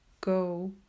go